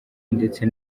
ndetse